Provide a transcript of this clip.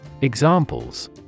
Examples